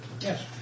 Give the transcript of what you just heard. Yes